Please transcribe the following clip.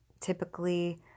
typically